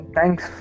Thanks